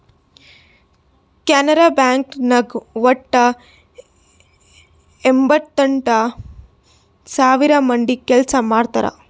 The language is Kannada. ಕೆನರಾ ಬ್ಯಾಂಕ್ ನಾಗ್ ವಟ್ಟ ಎಂಭತ್ತೆಂಟ್ ಸಾವಿರ ಮಂದಿ ಕೆಲ್ಸಾ ಮಾಡ್ತಾರ್